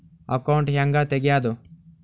Account ಹ್ಯಾಂಗ ತೆಗ್ಯಾದು?